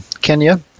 Kenya